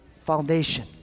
foundation